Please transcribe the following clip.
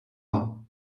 pas